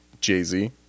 jay-z